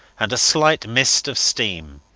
and a slight mist of steam.